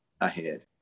ahead